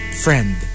Friend